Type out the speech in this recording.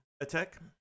attack